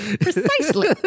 Precisely